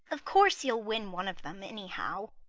of course you'll win one of them anyhow,